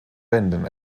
wänden